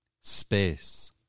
Space